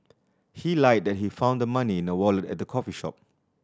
he lied that he found the money in a wallet at the coffee shop